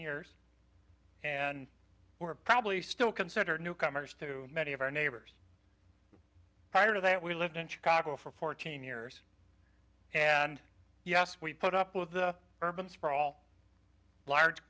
years and were probably still considered newcomers to many of our neighbors prior to that we lived in chicago for fourteen years and yes we put up with the urban sprawl large